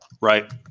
Right